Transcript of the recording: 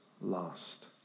lost